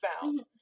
found